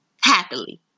happily